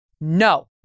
no